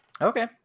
Okay